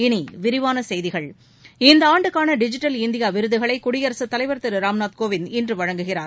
இனி விரிவான செய்திகள் நடப்பு ஆண்டுக்கான டிஜிட்டல் இந்தியா விருதுகளை குடியரசுத் தலைவர் திரு ராம்நாத் கோவிந்த் இன்று வழங்குகிறார்